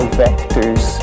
vectors